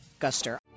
Guster